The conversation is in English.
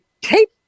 tape